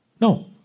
No